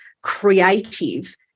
Creative